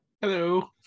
hello